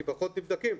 כי פחות נבדקים.